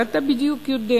ואתה יודע בדיוק,